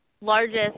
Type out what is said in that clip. largest